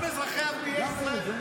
גם ערביי ישראל.